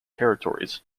territories